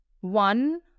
One